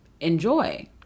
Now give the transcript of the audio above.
enjoy